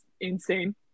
insane